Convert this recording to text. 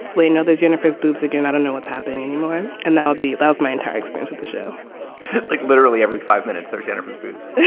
they know there's jennifer's boobs again. i don't know what's happening anymore. and they'll be at my entire expense at the show like literally every five minutes there's jennifer's boobs